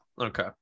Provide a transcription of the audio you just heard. Okay